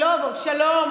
אני לא אבוא: שלום,